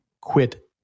quit